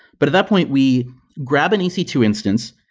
but at that point, we grab an e c two instance.